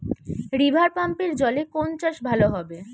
রিভারপাম্পের জলে কোন চাষ ভালো হবে?